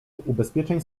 ubezpieczeń